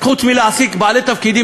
חוץ מלהעסיק בעלי תפקידים,